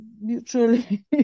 mutually